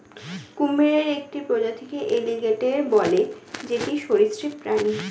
কুমিরের একটি প্রজাতিকে এলিগেটের বলে যেটি সরীসৃপ প্রাণী